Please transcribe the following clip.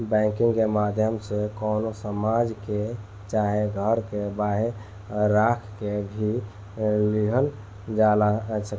bank के माध्यम से कवनो सामान के चाहे घर के बांहे राख के भी लिहल जा सकेला